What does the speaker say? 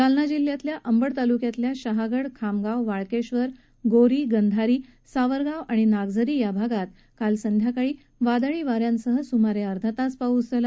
जालना जिल्ह्यातल्या अंबड तालुक्यातल्या शहागड खामगाव वाळकेश्वर गोरी गंधारी सावरगाव नागझरी या भागात काल सायंकाळी वादळी वाऱ्यासह सुमारे अर्धातास पाऊस झाला